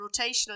rotational